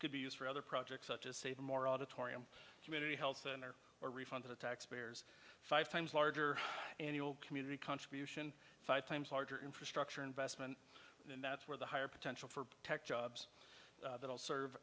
could be used for other projects such as saving more auditorium community health center or refund to taxpayers five times larger annual community contribution five times larger infrastructure investment and that's where the higher potential for tech jobs that will serve